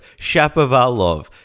Shapovalov